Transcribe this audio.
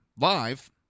live